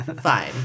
Fine